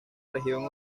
región